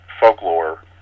folklore